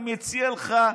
אני מציע לך,